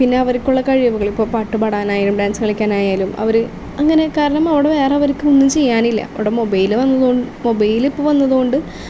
പിന്നെ അവർക്കുള്ള കഴിവുകൾ ഇപ്പോൾ പാട്ടു പാടാനായാലും ഡാൻസ് കളിക്കാനായാലും അവർ അങ്ങനെ കാരണം അവിടെ വേറെ അവർക്ക് ഒന്നും ചെയ്യാനില്ല അവിടെ മൊബൈല് വന്നത് മൊബൈല് ഇപ്പോൾ വന്നതുകൊണ്ട്